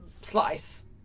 slice